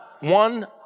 one